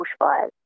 bushfires